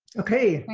okay,